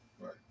Right